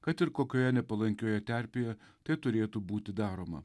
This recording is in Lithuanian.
kad ir kokioje nepalankioje terpėje tai turėtų būti daroma